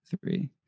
three